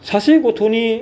सासे गथ'नि